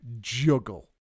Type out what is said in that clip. juggle